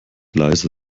leise